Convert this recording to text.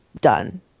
done